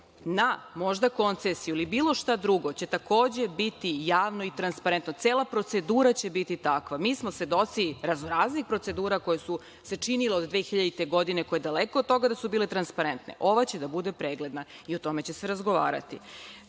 na možda koncesiju ili bilo šta drugo će takođe biti javan i transparentan. Cela procedura će biti takva. Mi smo svedoci raznoraznih procedura koje su se činile od 2000. godine, koje su daleko od toga da su bile transparentne. Ova će da bude pregledna i o tome će se razgovarati.